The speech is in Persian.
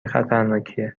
خطرناکیه